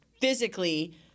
physically –